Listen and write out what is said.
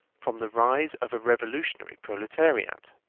from the rise of a revolutionary proletariat.